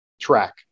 track